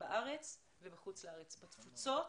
בארץ ובחוץ לארץ, בתפוצות.